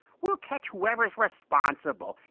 we'll catch whoever's responsible.